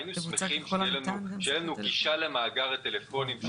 היינו שמחים שתהיה לנו גישה למאגר הטלפונים.